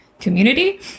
community